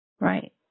Right